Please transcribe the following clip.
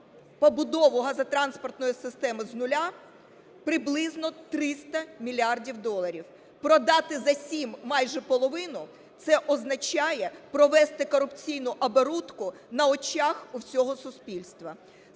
побудову газотранспортної системи з нуля, приблизно 300 мільярдів доларів. Продати за 7 майже половину – це означає провести корупційну оборудку на очах у всього суспільства.